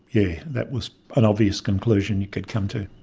yeah, that was an obvious conclusion you could come to.